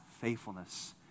faithfulness